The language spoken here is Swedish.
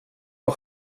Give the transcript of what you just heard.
var